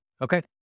Okay